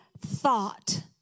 thought